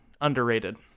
underrated